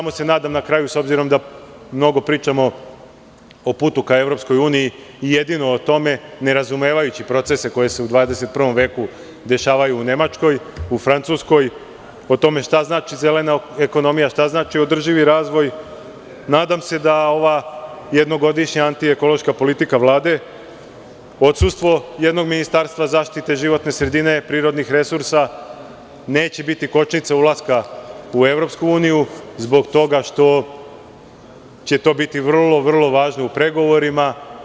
Na kraju, s obzirom da mnogo pričamo o putu ka EU i jedino o tome, nerazumevajući procese koji su u 21. veku dešavaju u Nemačkoj, u Francuskoj, o tome šta znači zelena ekonomija, šta znači održivi razvoj, nadam se da ova jednogodišnja anti-ekološka politika Vlade, odsustvo ministarstva zaštite životne sredine, prirodnih resursa neće biti kočnica ulaska u EU zbog toga što će to biti vrlo važno u pregovorima.